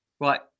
right